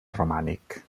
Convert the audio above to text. romànic